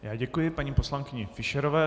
Já děkuji paní poslankyni Fischerové.